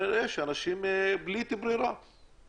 אנשים בלית ברירה פונים לשם.